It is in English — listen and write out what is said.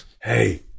hey